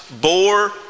bore